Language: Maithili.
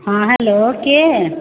हँ हेलो के